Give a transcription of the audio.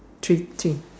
three three